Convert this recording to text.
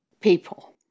people